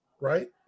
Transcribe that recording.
right